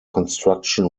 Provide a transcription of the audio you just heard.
construction